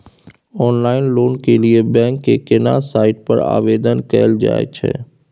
Online loan के लिए bank के केना साइट पर आवेदन कैल जाए छै?